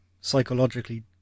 psychologically